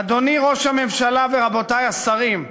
אדוני ראש הממשלה ורבותי השרים,